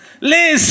Liz